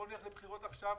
בואו נלך לבחירות עכשיו,